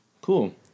cool